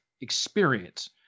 experience